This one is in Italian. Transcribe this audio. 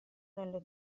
nelle